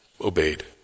obeyed